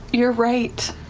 you're right.